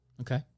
Okay